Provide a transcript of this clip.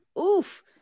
oof